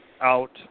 out